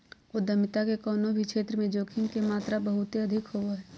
उद्यमिता के कउनो भी क्षेत्र मे जोखिम के मात्रा बहुत अधिक होवो हय